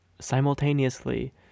Simultaneously